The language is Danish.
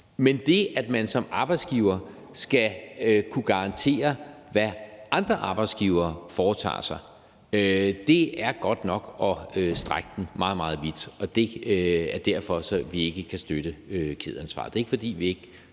Men det, at man som arbejdsgiver skal kunne garantere, hvad andre arbejdsgivere foretager sig, er godt nok at strække den meget, meget vidt. Det er derfor, at vi ikke kan støtte kædeansvar. Det er ikke, fordi vi ikke